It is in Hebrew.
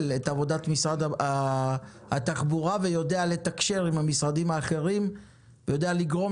את עבודת משרד התחבורה ויודע לתקשר עם המשרדים האחרים ויודע לגרום